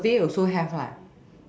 survey also have right